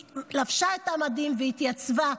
היא לבשה את המדים והתייצבה.